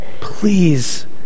Please